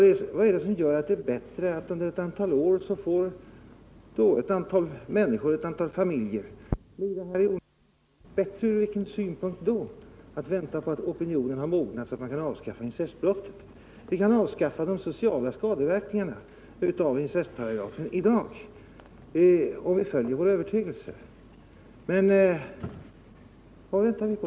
Vad är det som gör att det är bättre att under några år låta ett antal människor, ett antal familjer, lida i onödan? Bättre från vilken synpunkt då — att vänta tills opinionen har mognat, så att man kan avskaffa incestbrottet? Vi kan få bort de sociala skadeverkningarna av incestparagrafen i dag, om vi följer vår övertygelse. Vad väntar vi på?